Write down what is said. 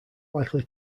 likely